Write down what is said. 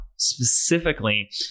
specifically